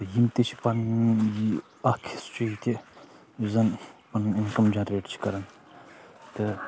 یِم تہِ چھِ پَنٕںۍ اَکھ حِصہٕ چھُ یِتہِ زَن پَنُن اِنکَم جَنریٹ چھِ کَران تہٕ